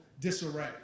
disarray